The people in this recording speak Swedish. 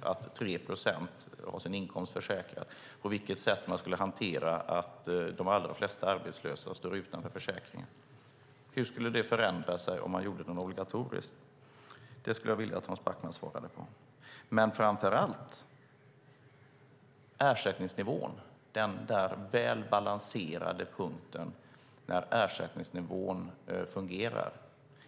att 3 procent har sin inkomst försäkrad? På vilket sätt ska man hantera att de allra flesta arbetslösa står utanför försäkringen? Hur skulle det förändras om man gjorde den obligatorisk? Det skulle jag vilja att Hans Backman svarade på. Framför allt skulle jag vilja höra om ersättningsnivån och den väl balanserade punkten när ersättningsnivå fungerar.